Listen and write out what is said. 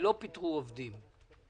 שלא פיטרו עובדים,